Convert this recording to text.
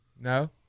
No